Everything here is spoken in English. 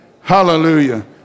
Hallelujah